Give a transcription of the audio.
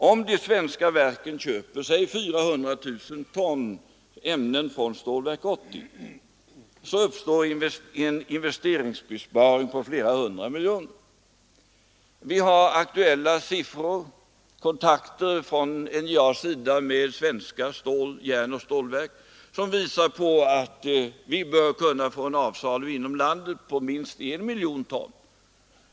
Om de svenska verken köper 400 000 ton ämnen från Stålverk 80 uppstår en investeringsbesparing på flera hundra miljoner. Vi har aktuella siffror, genom kontakter från NJA:s sida med svenska järnoch stålverk, som visar att vi bör kunna få en kvantitet till avsalu inom landet på minst 1 miljon ton.